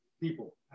people